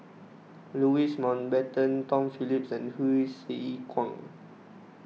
Louis Mountbatten Tom Phillips and Hsu Tse Kwang